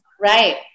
right